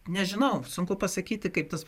nežinau sunku pasakyti kaip tas